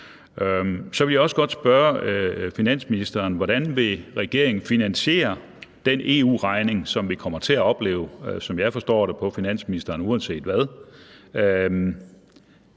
Så vil jeg også godt spørge finansministeren, hvordan regeringen vil finansiere betalingen af den EU-regning, som vi kommer til at opleve, som jeg forstår det på finansministeren, uanset hvad.